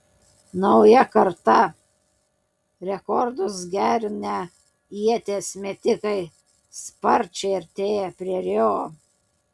nauja karta rekordus gerinę ieties metikai sparčiai artėja prie rio